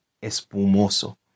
espumoso